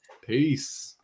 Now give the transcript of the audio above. Peace